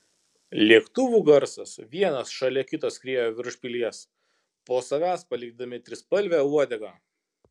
lėktuvų garsas vienas šalia kito skriejo virš pilies po savęs palikdami trispalvę uodegą